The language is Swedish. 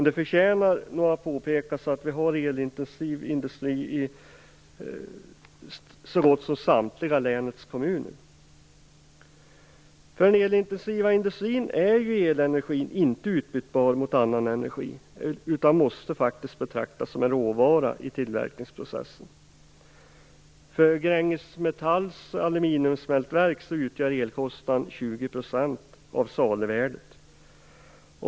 Det förtjänar dock att påpekas att vi har elintensiv industri i så gott som samtliga av länets kommuner. För den elintensiva industrin är elenergin inte utbytbar mot annan energi utan måste faktiskt betraktas som en råvara i tillverkningsprocessen. För Gränges av saluvärdet.